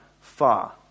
far